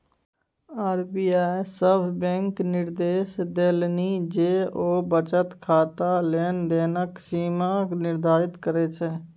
RBI सभ बैंककेँ निदेर्श देलनि जे ओ बचत खाताक लेन देनक सीमा निर्धारित करय